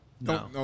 no